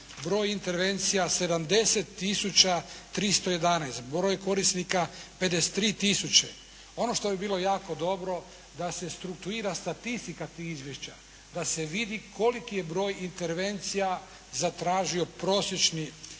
broj intervencija 70 tisuća 311, broj korisnika 53 tisuće. Ono što bi bilo jako dobro da se struktuira statistika tih izvješća, da se vidi koliki je broj intervencija zatražio prosječni